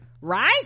right